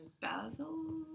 basil